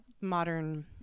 modern